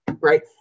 right